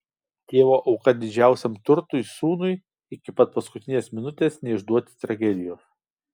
tėvo auka didžiausiam turtui sūnui iki pat paskutinės minutės neišduoti tragedijos